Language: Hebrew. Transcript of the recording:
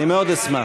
אני מאוד אשמח.